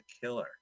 killer